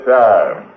time